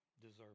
deserve